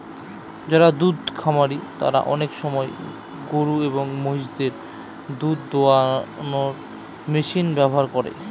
যারা দুদ্ধ খামারি তারা আনেক সময় গরু এবং মহিষদের দুধ দোহানোর মেশিন ব্যবহার করে